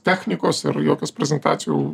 technikos ir jokios prezentacijų